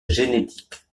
génétique